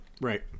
Right